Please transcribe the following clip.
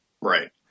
Right